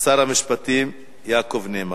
שר המשפטים, יעקב נאמן.